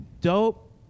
dope